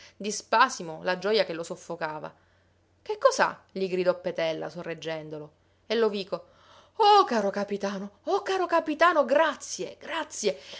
di spasimo la gioja che lo soffocava che cos'ha gli gridò petella sorreggendolo e lovico oh caro capitano oh caro capitano grazie grazie